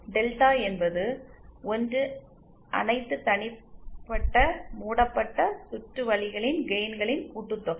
delta என்பது 1 அனைத்து தனிப்பட்ட மூடப்பட்ட சுற்று வழிகளின் கெயின்களின் கூட்டுத்தொகை